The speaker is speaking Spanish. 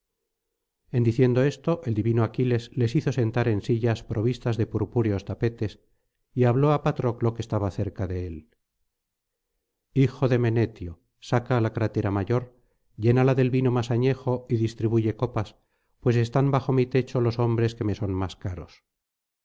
en diciendo esto el divino aquiles les hizo sentar en sillas provistas de purpúreos tapetes y habló á patroclo que estaba cerca de él hijo de menetio saca la crátera mayor llénala del vino más añejo y distribuye copas pues están bajo mi techo los hombres que me son más caros